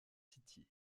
city